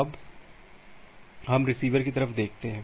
अब हम रिसीवर की तरफ देखते हैं